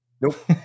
Nope